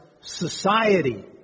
society